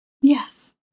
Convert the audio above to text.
Yes